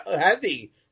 heavy